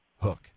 hook